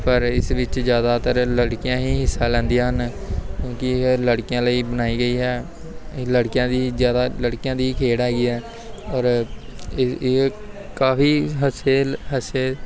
ਪਰ ਇਸ ਵਿੱਚ ਜ਼ਿਆਦਾਤਰ ਲੜਕੀਆਂ ਹੀ ਹਿੱਸਾ ਲੈਂਦੀਆਂ ਹਨ ਕਿਉਂਕਿ ਇਹ ਲੜਕੀਆਂ ਲਈ ਬਣਾਈ ਗਈ ਹੈ ਲੜਕੀਆਂ ਦੀ ਹੀ ਜ਼ਿਆਦਾ ਲੜਕੀਆਂ ਦੀ ਖੇਡ ਹੈਗੀ ਹੈ ਔਰ ਇਹ ਇਹ ਕਾਫ਼ੀ ਹਸੇ ਲ ਹੱਸੇ